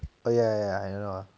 oh ya ya ya I know ah